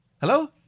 hello